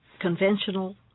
conventional